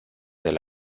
del